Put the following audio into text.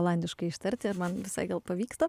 olandiškai ištarti ir man visai gal pavyksta